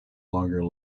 longer